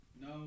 No